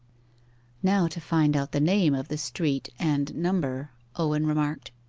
now to find out the name of the street and number owen remarked.